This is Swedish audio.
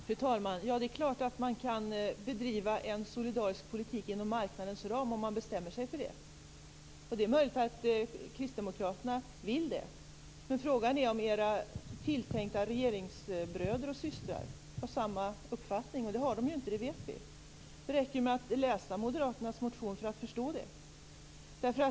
Fru talman! Det är klart att man kan bedriva en solidarisk politik inom marknadens ram om man bestämmer sig för det. Och det är möjligt att kristdemokraterna vill det. Men frågan är om era tilltänkta regeringsbröder och systrar har samma uppfattning. Det har de inte, det vet vi. Det räcker med att läsa moderaternas motion för att förstå det.